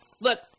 Look